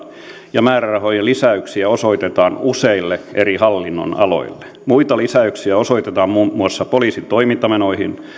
ja määrärahojen lisäyksiä osoitetaan useille eri hallinnonaloille muita lisäyksiä osoitetaan muun muassa poliisin toimintamenoihin